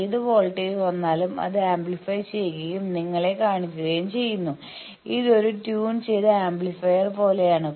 ഏത് വോൾട്ടേജ് വന്നാലും അത് ആംപ്ലിഫൈ ചെയ്യുകയും നിങ്ങളെ കാണിക്കുകയും ചെയ്യുന്നു ഇത് ഒരു ട്യൂൺ ചെയ്ത ആംപ്ലിഫയർ പോലെയാണ്